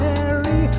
Mary